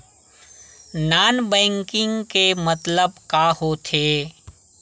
Non banking के मतलब का होथे?